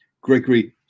Gregory